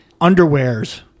underwears